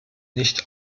nicht